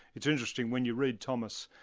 it's interesting, when you read thomas,